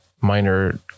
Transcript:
minor